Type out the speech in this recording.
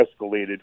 escalated